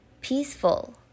Peaceful